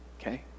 okay